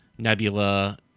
Nebula